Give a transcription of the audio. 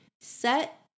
set